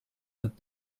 and